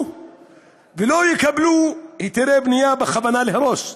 ולא יקבלו היתרי בנייה בכוונה להרוס,